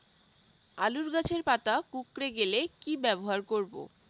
আলুর গাছের পাতা কুকরে গেলে কি ব্যবহার করব?